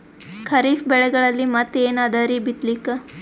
ಖರೀಫ್ ಬೆಳೆಗಳಲ್ಲಿ ಮತ್ ಏನ್ ಅದರೀ ಬಿತ್ತಲಿಕ್?